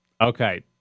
Okay